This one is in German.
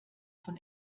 von